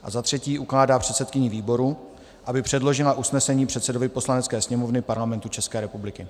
III. ukládá předsedkyni výboru, aby předložila usnesení předsedovi Poslanecké sněmovny Parlamentu České republiky.